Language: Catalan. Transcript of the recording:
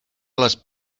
les